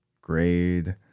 grade